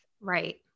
Right